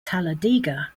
talladega